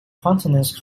continents